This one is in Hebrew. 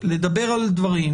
לדבר על דברים,